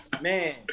Man